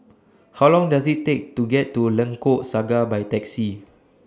How Long Does IT Take to get to Lengkok Saga By Taxi